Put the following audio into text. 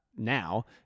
now